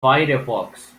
firefox